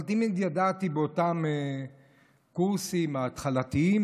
אבל תמיד ידעתי באותם קורסים התחלתיים